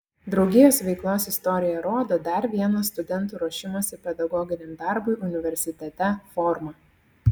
draugijos veiklos istorija rodo dar vieną studentų ruošimosi pedagoginiam darbui universitete formą